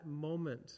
moment